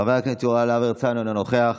חבר הכנסת יוראי להב הרצנו, אינו נוכח,